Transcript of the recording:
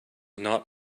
not